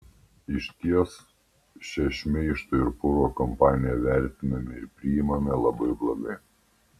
išties šią šmeižto ir purvo kampaniją vertiname ir priimame labai blogai